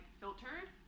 filtered